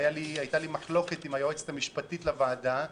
הייתה לי מחלוקת עם היועצת המשפטית לוועדה בשאלה: